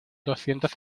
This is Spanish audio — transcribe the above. doscientos